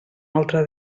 altre